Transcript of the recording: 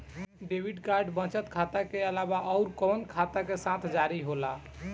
Debit card बचत खाता के अलावा अउरकवन खाता के साथ जारी होला?